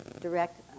direct